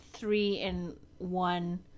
three-in-one